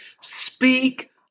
Speak